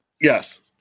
Yes